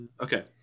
Okay